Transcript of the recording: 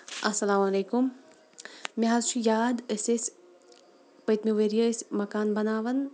السلام علیکُم مےٚ حظ چھُ یاد أسۍ ٲسۍ پٔتمہِ ؤرۍ یہِ ٲسۍ مکان بَناوان